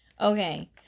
Okay